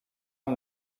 amb